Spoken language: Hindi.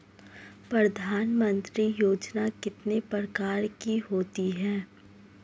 प्रधानमंत्री योजना कितने प्रकार की होती है?